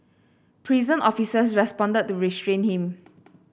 prison officers responded to restrain him